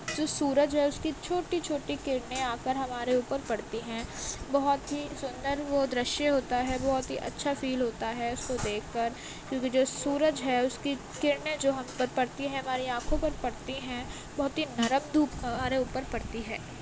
جو سورج ہے اس کی چھوٹی چھوٹی کرنیں آ کر ہمارے اوپر پڑتی ہیں بہت ہی سندر وہ درشیہ ہوتا ہے بہت ہی اچھا فیل ہوتا ہے اس کو دیکھ کر کیوںکہ جو سورج ہے اس کی کرنیں جو ہم پر پڑتی ہیں ہماری آنکھوں پر پڑتی ہیں بہت ہی نرم دھوپ ہمارے اوپر پڑتی ہے